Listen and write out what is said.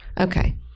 Okay